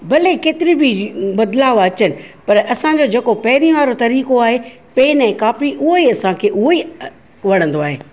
भले केतिरी बि बदलाव अचनि पर असांजो जेको पहिरीं वारो तरीक़ो आहे पेन ऐं कॉपी उहो ई असांखे उहो ई वणंदो आहे